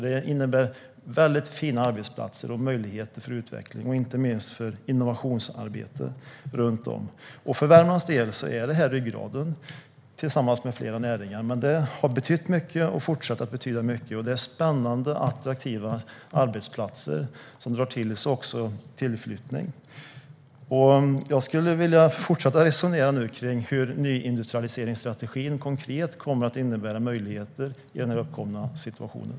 Det innebär väldigt fina arbetsplatser och möjligheter för utveckling och inte minst innovationsarbete runt om. För Värmlands del är det ryggraden tillsammans med flera näringar. Det har betytt mycket och fortsätter att betyda mycket. Det är spännande, attraktiva arbetsplatser som också drar till sig tillflyttning. Jag vill fortsätta att resonera kring hur nyindustrialiseringsstrategin konkret kommer att innebära möjligheter i den uppkomna situationen.